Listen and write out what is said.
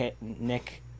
Nick